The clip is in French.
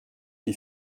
qui